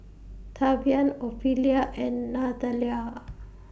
Tavian Ophelia and Nathalia